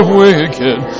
wicked